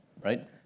right